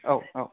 औ औ